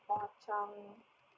kuo chuan